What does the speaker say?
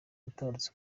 yaratabarutse